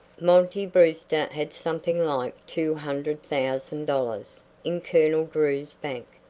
monty brewster had something like two hundred thousand dollars in colonel drew's bank.